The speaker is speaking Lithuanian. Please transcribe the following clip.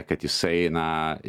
kad jisai na